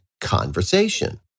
conversation